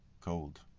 cold